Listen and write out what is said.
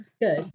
good